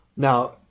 Now